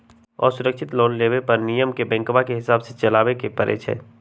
असुरक्षित लोन लेबे पर नियम के बैंकके हिसाबे से चलेए के परइ छै